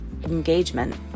Engagement